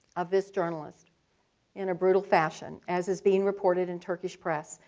of this journalist in a brutal fashion, as is being reported in turkish press,